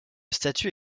statut